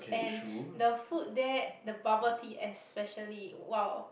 and the food there the bubble tea especially !wow!